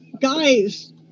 guys